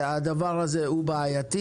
שהדבר הזה הוא בעייתי.